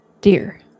Dear